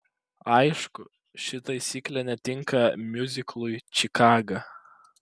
aišku ši taisyklė netinka miuziklui čikaga